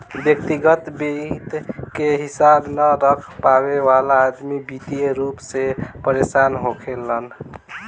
व्यग्तिगत वित्त के हिसाब न रख पावे वाला अदमी वित्तीय रूप से परेसान होखेलेन